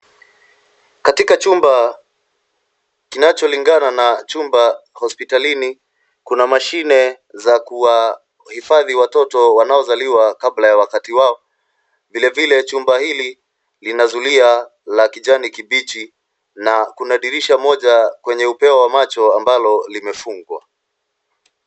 Katika chumba kinacholingana na chumba hospitalini ,kuna mashine za kuhifadhi watoto wanaozaliwa kabla ya wakati wao. Vilvile chumba hili lina zulia la kijani kibichi na kuna dirisha moja kwenye upeo wa macho ambalo limefungwa.